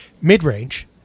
mid-range